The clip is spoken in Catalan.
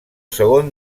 segon